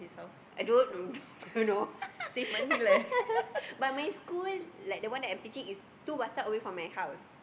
I don't don't know but my school like the one I'm teaching is two bus stop away from my house